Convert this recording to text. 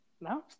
Now